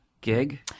gig